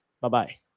Bye-bye